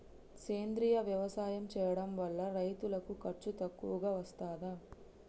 సేంద్రీయ వ్యవసాయం చేయడం వల్ల రైతులకు ఖర్చు తక్కువగా వస్తదా?